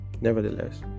Nevertheless